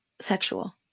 sexual